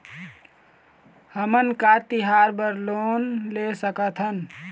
हमन का तिहार बर लोन ले सकथन?